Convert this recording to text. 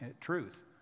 truth